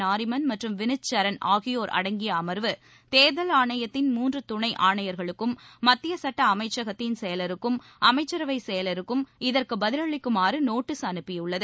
நரிமன் மற்றும் விளித் சரன் ஆகியோர் அடங்கிய அமர்வு தேர்தல் ஆணையத்தின் மூன்று துணை ஆணையர்களும் மத்திய சட்ட அமச்சகத்தின் செயலருக்கும் அமைச்சரவைச் செயலருக்கும் இதற்கு பதிலளிக்குமாறு நோட்டீஸ் அனுப்பியுள்ளது